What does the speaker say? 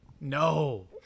no